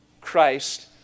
Christ